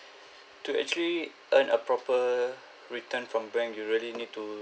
to actually earn a proper return from bank you really need to